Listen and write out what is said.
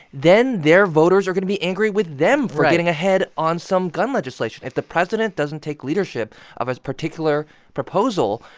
then their voters are going to be angry with them for getting ahead on some gun legislation. if the president doesn't take leadership of a particular proposal,